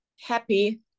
happy